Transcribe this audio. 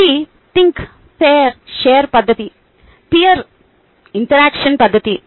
ఇది think - pair - share పద్ధతి peer instruction పద్ధతి